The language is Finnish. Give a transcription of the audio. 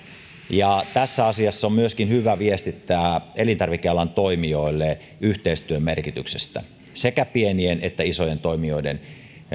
ja tässä asiassa on myöskin hyvä viestittää elintarvikealan toimijoille yhteistyön merkityksestä sekä pienien että isojen toimijoiden